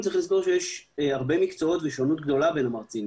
צריך לזכור שיש הרבה מקצועות ושונות גדולה בין המרצים,